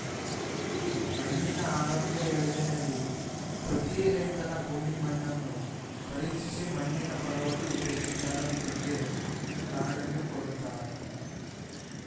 ಮಣ್ಣಿನ ಆರೋಗ್ಯ ಯೋಜನೆಲಿ ಪ್ರತಿ ರೈತನ ಭೂಮಿ ಮಣ್ಣನ್ನು ಪರೀಕ್ಷಿಸಿ ಮಣ್ಣಿನ ಫಲವತ್ತತೆ ವಿಚಾರದ್ಬಗ್ಗೆ ಕಾರ್ಡನ್ನು ಕೊಡ್ತಾರೆ